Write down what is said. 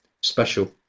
special